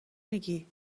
میگی